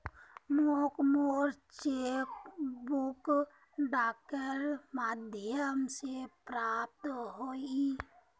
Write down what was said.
मोक मोर cheque book डाकेर माध्यम से प्राप्त होइए